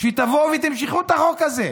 שתבואו ותמשכו את החוק הזה.